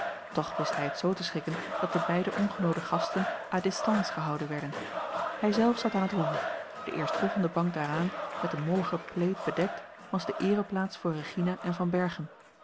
toch wist hij het zoo te schikken dat de beide ongenoode gasten à distance gehouden werden hij zelf zat aan het roer de eerstvolgende bank daaraan met een mollige plaid bedekt was de eereplaats voor regina en van